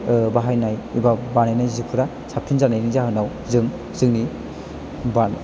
बाहायनाय एबा बानायनाय जिफोरा साबसिन जानायनि जोहोनाव जों जेंनि बा